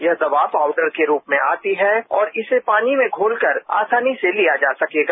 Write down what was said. यह दवा पाउडर के रूप में आती है और इसे पानी में घोलकर आसानी से लिया जा सकेगा